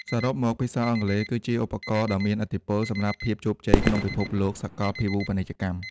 សរុបមក ភាសាអង់គ្លេសគឺជាឧបករណ៍ដ៏មានឥទ្ធិពលសម្រាប់ភាពជោគជ័យក្នុងពិភពលោកសកលភាវូបនីយកម្ម ។